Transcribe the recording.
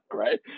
Right